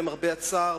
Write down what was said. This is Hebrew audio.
למרבה הצער,